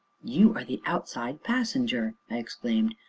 you are the outside passenger! i exclaimed,